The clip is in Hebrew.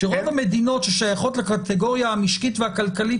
שרוב המדינות ששייכות לקטגוריה המשקית והכלכלית